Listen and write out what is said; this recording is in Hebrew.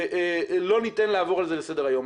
לא ניתן לעבור על זה לסדר היום.